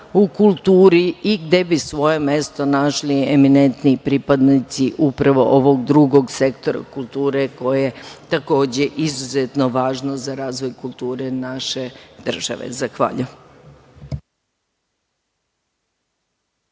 u kulturi i gde bi svoje mesto našli eminentni pripadnici upravo ovog drugog sektora kulture, koje je takođe izuzetno važno za razvoj kulture naše države. Zahvaljujem.